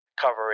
covering